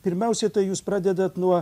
pirmiausiai tai jūs pradedat nuo